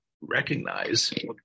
recognize